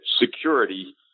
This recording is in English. security